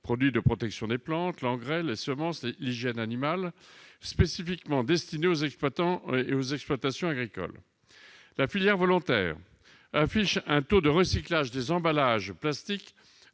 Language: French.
produits de protection des plantes, des engrais, des semences, de l'hygiène animale, spécifiquement destinés aux exploitations agricoles. La filière volontaire a affiché un taux de recyclage des emballages plastiques